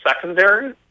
secondary